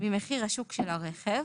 ממחיר השוק של הרכב,